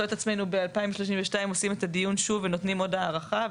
את עצמנו ב-2032 עושים את הדיון שוב ונותנים עוד הארכה,